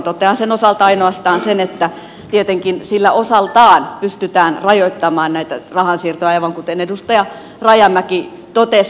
totean sen osalta ainoastaan sen että tietenkin sillä osaltaan pystytään rajoittamaan näitä rahansiirtoja aivan kuten edustaja rajamäki totesi